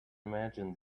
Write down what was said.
imagine